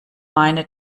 meine